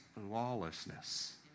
lawlessness